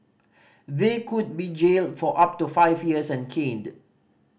they could be jailed for up to five years and caned